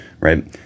right